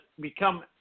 become